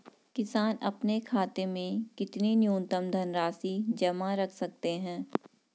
किसान अपने खाते में कितनी न्यूनतम धनराशि जमा रख सकते हैं?